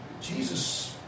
Jesus